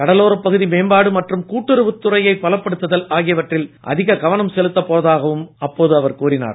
கடலோர பகுதி மேம்பாடு மற்றும் கூட்டுறவு துறையை பலப்படுத்துதல் ஆகியவற்றில் அதிக கவனம் செலுத்தப் போவதாகவும் பிரதமர் குறிப்பிட்டார்